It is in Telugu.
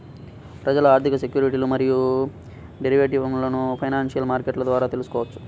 ప్రజలు ఆర్థిక సెక్యూరిటీలు మరియు డెరివేటివ్లను ఫైనాన్షియల్ మార్కెట్ల ద్వారా తెల్సుకోవచ్చు